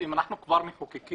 אם אנחנו כבר מחוקקים,